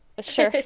sure